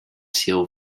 seal